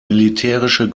militärische